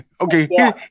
Okay